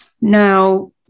now